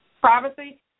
privacy